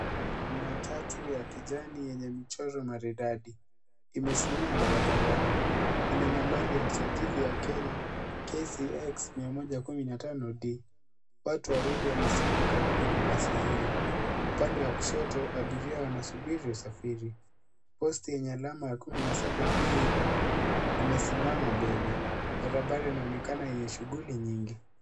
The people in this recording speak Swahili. Matatu ya kijani yenye michoro maridadi imesimama barabarani. Ina nambari ya usajili ya Kenya KCX 115D. Watu wawili wamesimama karibu na basi hilo. Upande wa kushoto abiria wanasubiri usafiri. Posti yenye alama 17B imesimama mbele. Barabara inaonekana yenye shughuli nyingi.